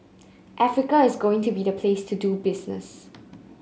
Africa is going to be the place to do business